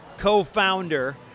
co-founder